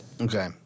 okay